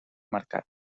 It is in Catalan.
mercat